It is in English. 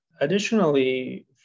Additionally